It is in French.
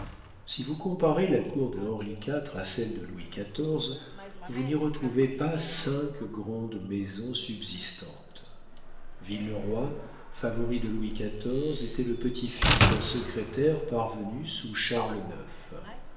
si vous comparez la cour de henri iv à celle de louis xiv vous n'y retrouvez pas cinq grandes maisons subsistantes villeroy favori de louis xiv était le petit-fils d'un secrétaire parvenu sous charles ix